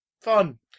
Fun